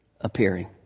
appearing